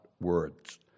words